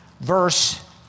verse